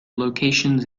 locations